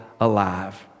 alive